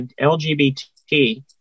LGBT